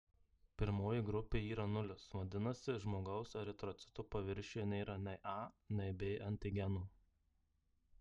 pirmoji grupė yra nulis vadinasi žmogaus eritrocito paviršiuje nėra nei a nei b antigeno